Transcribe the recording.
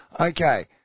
Okay